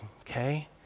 okay